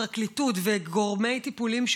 פרקליטות וגורמים טיפוליים.